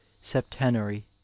septenary